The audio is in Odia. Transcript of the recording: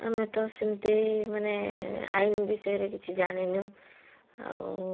ଆମେ ତ ସେମିତି ମାନେ ଆଇନ ବିଷୟରେ କିଛି ଜାଣିନୁ ଆଉ